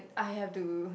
I have to